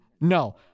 no